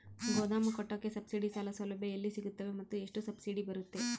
ಗೋದಾಮು ಕಟ್ಟೋಕೆ ಸಬ್ಸಿಡಿ ಸಾಲ ಸೌಲಭ್ಯ ಎಲ್ಲಿ ಸಿಗುತ್ತವೆ ಮತ್ತು ಎಷ್ಟು ಸಬ್ಸಿಡಿ ಬರುತ್ತೆ?